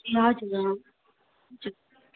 हजुर